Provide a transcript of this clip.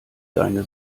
deine